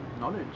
knowledge